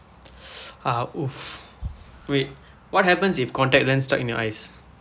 ah !oof! wait what happens if contact lens stuck in your eyes